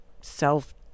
self